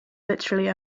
literally